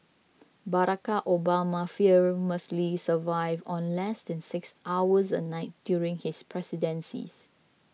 Barack Obama famously survived on less than six hours a night during his presidency